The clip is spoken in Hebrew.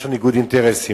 יש לו ניגוד אינטרסים,